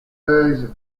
versions